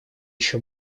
еще